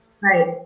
Right